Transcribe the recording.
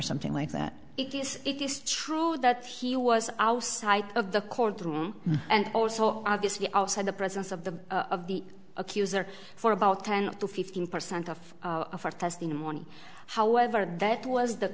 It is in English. something like that it is it is true that he was our side of the courtroom and also obviously outside the presence of the of the accuser for about ten to fifteen percent of her testimony however that was the